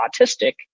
autistic